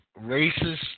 racist